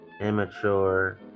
immature